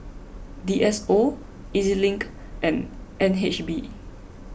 D S O E Z Link and N H B